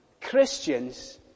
Christians